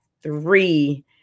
three